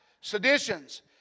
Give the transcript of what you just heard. seditions